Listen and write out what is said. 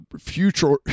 future